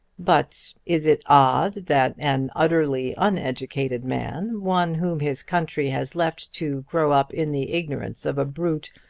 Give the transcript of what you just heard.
but is it odd that an utterly uneducated man, one whom his country has left to grow up in the ignorance of a brute,